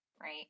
right